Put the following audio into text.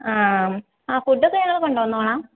ആ ആ ഫുഡ് ഒക്കെ ഞങ്ങൾ കൊണ്ടുവന്നുകൊള്ളാം